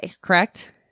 correct